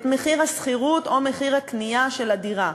את מחיר השכירות או מחיר הקנייה של הדירה.